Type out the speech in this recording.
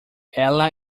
ela